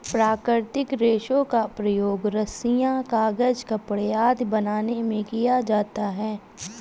प्राकृतिक रेशों का प्रयोग रस्सियॉँ, कागज़, कपड़े आदि बनाने में किया जाता है